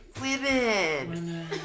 women